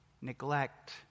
neglect